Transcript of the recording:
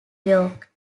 york